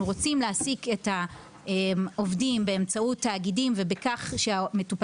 רוצים להעסיק את העובדים באמצעות תאגידים ושהמטופלים